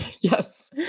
Yes